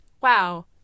wow